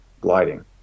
gliding